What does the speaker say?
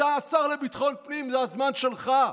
אתה השר לביטחון פנים, זה הזמן שלך.